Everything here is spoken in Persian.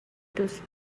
دوست